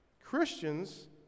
Christians